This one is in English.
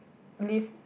live